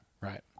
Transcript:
right